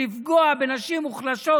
לפגוע בנשים מוחלשות,